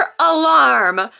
alarm